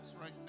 right